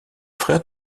frère